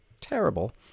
terrible